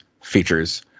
features –